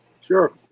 Sure